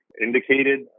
indicated